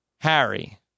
Harry